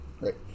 Right